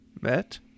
met